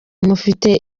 mufite